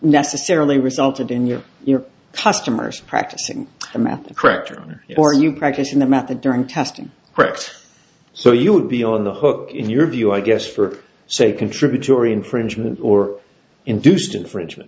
necessarily resulted in you your customers practicing a math correction or you practicing the math the during testing correct so you would be on the hook in your view i guess for say contributory infringement or induced infringement